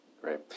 Great